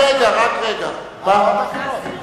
להסיר מסדר-היום,